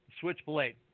Switchblade